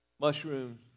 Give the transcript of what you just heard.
Mushrooms